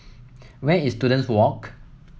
where is Students Walk